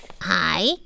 Hi